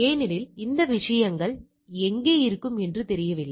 ஏனெனில் இந்த விஷயங்கள் எங்கே இருக்கும் என்று தெரியவில்லை